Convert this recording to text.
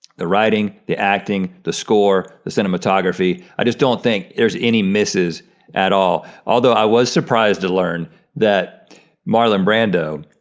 the writing, the acting, the score, the cinematography. i just don't think there's any misses at all. although i was surprised to learn that marlon brando,